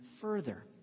further